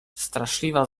straszliwa